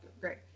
great